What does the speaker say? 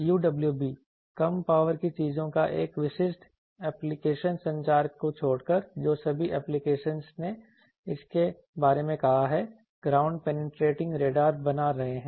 UWB कम power की चीजों का एक विशिष्ट एप्लीकेशन संचार को छोड़कर जो सभी एप्लीकेशनस ने इसके बारे में कहा है ग्राउंड पेनिट्रेटिंग बना रहे हैं